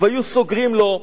והיו סוגרים לו,